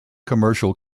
commercial